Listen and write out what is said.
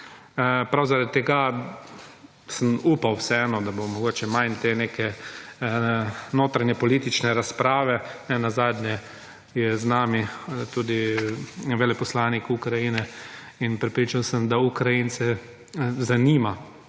Prav zaradi tega sem upal vseeno, da bo mogoče manj te neke notranjepolitične razprave. Nenazadnje je z nami tudi veleposlanik Ukrajine. In prepričan sem, da Ukrajince zanima politična